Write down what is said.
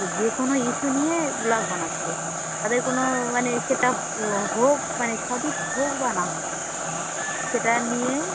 যে কোনো ইস্যু নিয়ে ব্লগ বানাচ্ছে তাতে কোনো মানে সেটা ও হোক মানে সঠিক হোক বা না হোক সেটা নিয়ে